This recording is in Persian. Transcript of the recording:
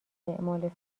اعمال